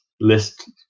list